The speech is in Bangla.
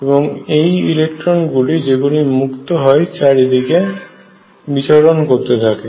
এবং এই ইলেকট্রনগুলি যেগুলি মুক্ত হয় চারিদিকে বিচরণ করতে থাকে